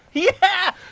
yeah.